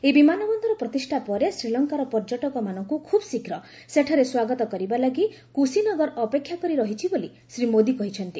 ଏହି ବିମାନ ବନ୍ଦର ପ୍ରତିଷ୍ଠା ପରେ ଶ୍ରୀଲଙ୍କାର ପର୍ଯ୍ୟଟକମାନଙ୍କୁ ଖୁବ୍ ଶୀଘ୍ର ସେଠାରେ ସ୍ୱାଗତ କରିବା ଲାଗି କୁଶିନଗର ଅପେକ୍ଷା କରି ରହିଛି ବୋଲି ଶ୍ରୀ ମୋଦି କହିଛନ୍ତି